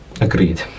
Agreed